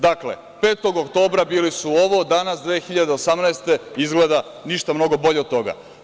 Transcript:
Dakle, 5. oktobra bili su ovo, a danas 2018. godine izgleda ništa mnogo bolje od toga.